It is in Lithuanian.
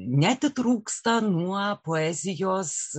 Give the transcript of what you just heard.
neatitrūksta nuo poezijos